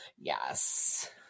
Yes